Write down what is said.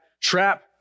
trap